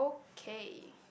K